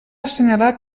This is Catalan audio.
assenyalar